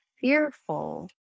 fearful